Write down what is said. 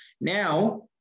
Now